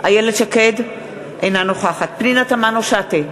אינה נוכחת פנינה תמנו-שטה,